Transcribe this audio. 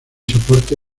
soporte